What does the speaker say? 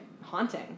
haunting